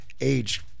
age